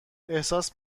احساس